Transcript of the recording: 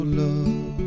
love